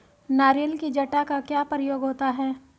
नारियल की जटा का क्या प्रयोग होता है?